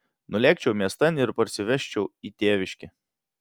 nulėkčiau miestan ir parsivežčiau į tėviškę